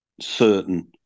certain